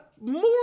more